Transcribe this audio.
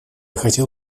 хотел